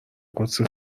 قدسی